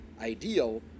ideal